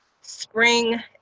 spring